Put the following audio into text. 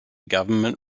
government